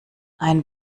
ein